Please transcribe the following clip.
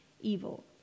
evil